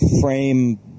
frame